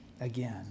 again